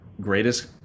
greatest